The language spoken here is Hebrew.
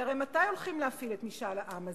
כי הרי מתי הולכים להפעיל את משאל העם הזה?